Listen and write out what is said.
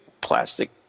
plastic